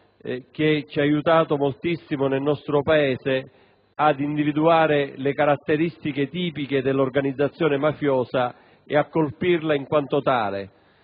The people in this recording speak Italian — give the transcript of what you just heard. che ci ha aiutato moltissimo nel nostro Paese ad individuare le caratteristiche tipiche dell'organizzazione mafiosa e a colpirla in quanto tale.